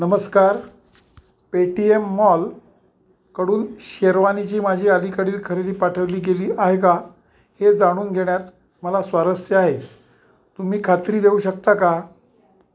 नमस्कार पेटीएम मॉलकडून शेरवानीची माझी अलीकडील खरेदी पाठवली गेली आहे का हे जाणून घेण्यात मला स्वारस्य आहे तुम्ही खात्री देऊ शकता का